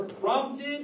prompted